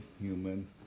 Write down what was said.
human